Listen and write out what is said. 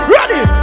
Ready